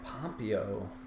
Pompeo